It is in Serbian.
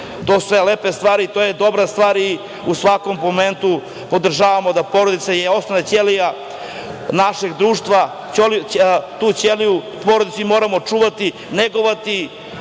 sve lepe stvari, to je dobra stvar i u svakom momentu podržavamo da porodica je osnovna ćelija našeg društva. Tu ćeliju, porodicu mi moramo čuvati, negovati. Nama